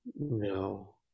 no